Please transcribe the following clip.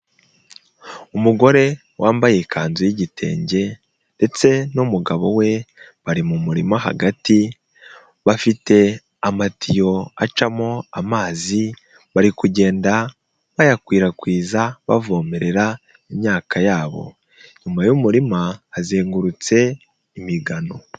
Umugore wambaye ikanzu y'igitenge ndetse n'umugabo we bari mu murima hagati bafite amatiyo acamo amazi bari kugenda bayakwirakwiza bavomerera imyaka yabo, inyuma y'umurima hazengurutse imigano.